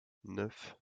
neuf